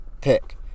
pick